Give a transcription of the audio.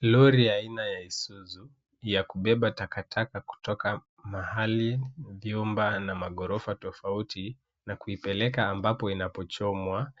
Lori la aina ya Isuzu, la kubeba takataka kutoka mahali, vyumba na maghorofa tofauti na kuipeleka ambapo inapochomwa,